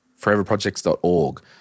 foreverprojects.org